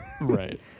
Right